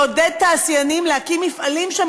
לעודד תעשיינים להקים מפעלים שם,